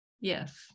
yes